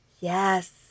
Yes